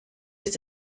ist